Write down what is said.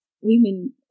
women